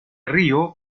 río